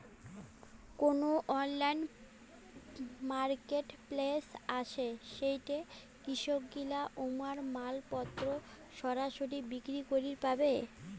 কুনো online marketplace আছে যেইঠে কৃষকগিলা উমার মালপত্তর সরাসরি বিক্রি করিবার পারে?